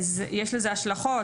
יש לזה השלכות.